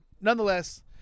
nonetheless